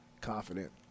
Confident